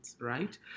right